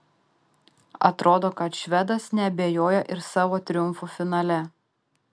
atrodo kad švedas neabejoja ir savo triumfu finale